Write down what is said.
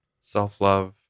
self-love